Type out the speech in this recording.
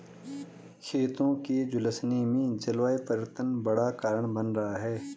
खेतों के झुलसने में जलवायु परिवर्तन बड़ा कारण बन रहा है